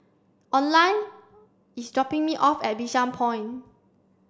Oline is dropping me off at Bishan Point